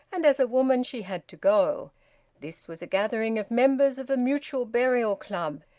and as a woman she had to go this was a gathering of members of the mutual burial club,